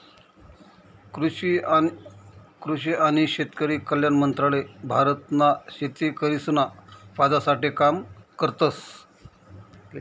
कृषि आणि शेतकरी कल्याण मंत्रालय भारत ना शेतकरिसना फायदा साठे काम करतस